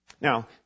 Now